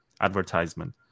advertisement